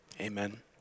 amen